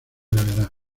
gravedad